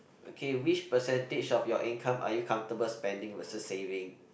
okay which percentage of your income are you comfortable spending versus saving